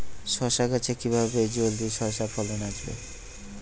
শশা গাছে কিভাবে জলদি শশা ফলন আসবে?